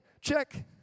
check